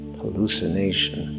hallucination